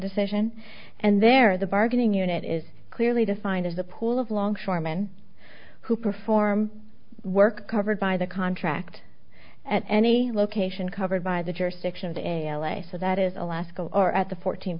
decision and they're the bargaining unit is clearly defined as the pool of longshoreman who perform work covered by the contract at any location covered by the jurisdiction of the l a so that is alaska or at the fourteen